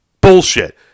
Bullshit